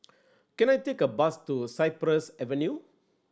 can I take a bus to Cypress Avenue